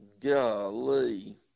golly